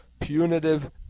punitive